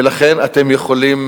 ולכן אתם יכולים